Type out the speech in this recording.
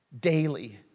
Daily